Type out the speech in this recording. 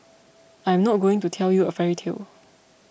I am not going to tell you a fairy tale